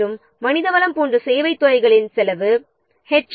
மற்றும் பணியாளர்களின் சேவைத் துறைகளின் செலவு எச்